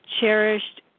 cherished